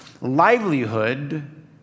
livelihood